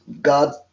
God